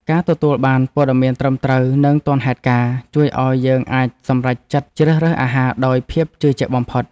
ការទទួលបានព័ត៌មានត្រឹមត្រូវនិងទាន់ហេតុការណ៍ ជួយឱ្យយើងអាចសម្រេចចិត្តជ្រើសរើសអាហារដោយភាពជឿជាក់បំផុត។